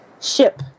Ship